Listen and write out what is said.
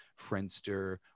Friendster